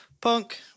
Punk